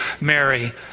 Mary